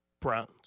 Browns